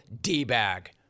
D-bag